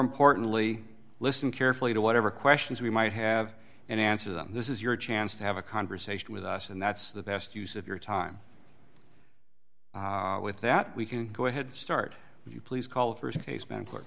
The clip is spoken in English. importantly listen carefully to whatever questions we might have and answer them this is your chance to have a conversation with us and that's the best use of your time with that we can go ahead start with you please call st case then